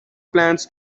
plans